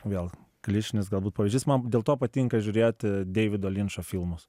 vėl klišinis galbūt pavyzdys man dėl to patinka žiūrėti deivido linčo filmus